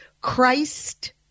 Christ